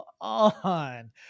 on